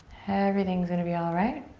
everything's gonna be alright.